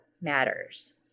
matters